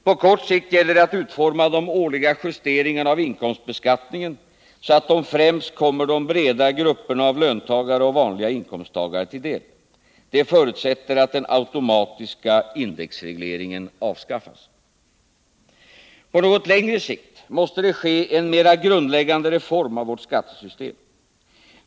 På kort sikt gäller det att utforma de årliga justeringarna av inkomstbeskattningen så att de främst kommer de breda grupperna av löntagare och vanliga inkomsttagare till del. Det förutsätter att den automatiska indexregleringen avskaffas. På något längre sikt måste det genomföras en mera grundläggande reform av vårt skattesystem.